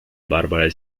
barbara